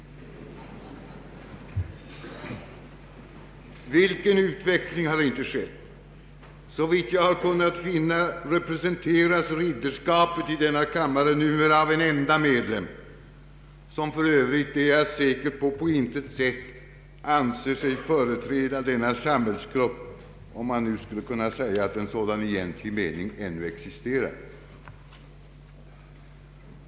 Vilken utveckling har inte skett! Såvitt jag har kunnat finna representeras ridderskapet i denna kammare numera av en enda medlem, som för övrigt — det är jag säker på — på intet sätt anser sig företräda denna samhällsgrupp, om man nu skulle kunna säga att en sådan i egentlig mening längre existerar.